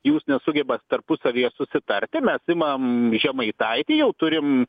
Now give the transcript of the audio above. jūs nesugebat tarpusavyje susitarti mes imam žemaitaitį jau turim